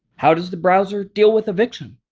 how does the browser deal with eviction?